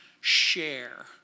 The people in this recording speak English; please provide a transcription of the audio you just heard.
share